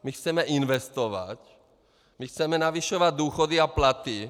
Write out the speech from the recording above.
My chceme investovat, my chceme zvyšovat důchody a platy.